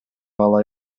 ала